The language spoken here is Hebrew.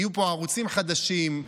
יהיו פה ערוצים חדשים,